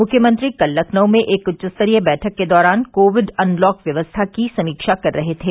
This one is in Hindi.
मुख्यमंत्री कल लखनऊ में एक उच्चस्तरीय बैठक के दौरान कोविड अनलॉक व्यवस्था की समीक्षा कर रहे थे